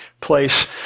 place